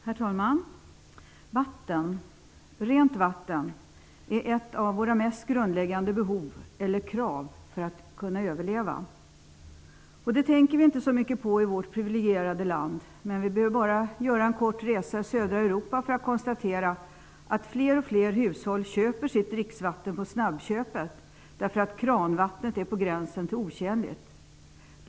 Herr talman! Vatten, rent vatten, är ett av våra mest grundläggande behov eller krav för att vi skall kunna överleva. Det tänker vi inte så mycket på i vårt privilegierade land. Men vi behöver bara göra en kort resa i södra Europa för att konstatera att fler och fler hushåll köper sitt dricksvatten i snabbköpet, därför att kranvattnet är på gränsen till otjänligt.